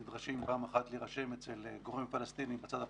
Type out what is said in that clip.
נדרשים פעם אחת להירשם אצל גורם פלסטיני בצד הפלסטיני,